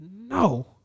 No